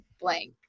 blank